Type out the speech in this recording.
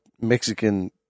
Mexican